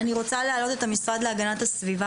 המשרד להגנת הסביבה